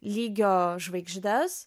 lygio žvaigždes